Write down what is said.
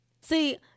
see